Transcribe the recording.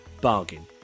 Bargain